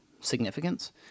significance